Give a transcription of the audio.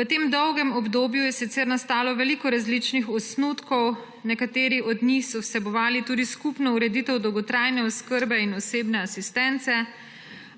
V tem dolgem obdobju je sicer nastalo veliko različnih osnutkov, nekateri od njih so vsebovali tudi skupno ureditev dolgotrajne oskrbe in osebne asistence,